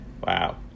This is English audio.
Wow